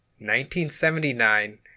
1979